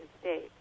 States